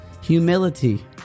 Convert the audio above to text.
Humility